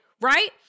right